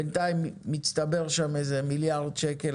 בינתיים מצטבר שם איזה מיליארד שקל,